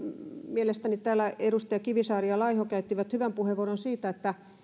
mielestäni täällä edustajat kivisaari ja laiho käyttivät hyvät puheenvuorot siitä että